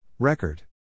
Record